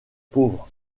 pauvres